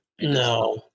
No